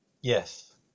Yes